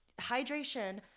hydration